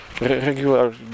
regular